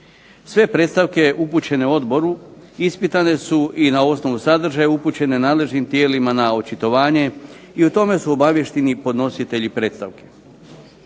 Sve predstavke upućene odboru ispitane su i na osnovu sadržaja upućene nadležnim tijelima na očitovanje i o tome su obaviješteni i podnositelji predstavke.